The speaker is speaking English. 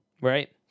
Right